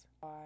bye